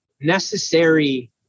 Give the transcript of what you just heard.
necessary